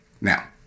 Now